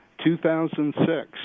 2006